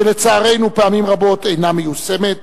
שלצערנו פעמים רבות אינה מיושמת,